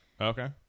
Okay